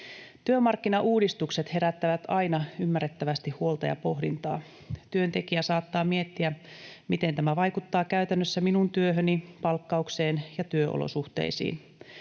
Työmarkkinauudistukset herättävät aina ymmärrettävästi huolta ja pohdintaa. Työntekijä saattaa miettiä, ”miten tämä vaikuttaa käytännössä minun työhöni, palkkaukseen ja työolosuhteisiin”.